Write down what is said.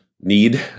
need